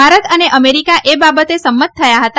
ભારત અને અમેરીકા એ બાબતે સંમત થયા હતા